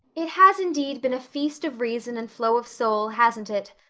it has indeed been a feast of reason and flow of soul, hasn't it?